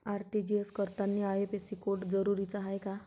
RTGS करतांनी IFSC code जरुरीचा हाय का?